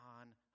on